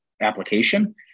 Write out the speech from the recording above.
application